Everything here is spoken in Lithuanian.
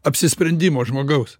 apsisprendimo žmogaus